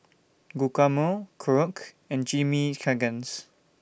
Guacamole Korokke and Chimichangas